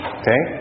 okay